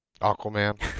Aquaman